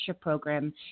Program